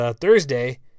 Thursday